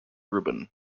rubin